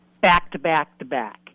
back-to-back-to-back